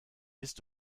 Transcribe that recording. bist